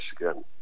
Michigan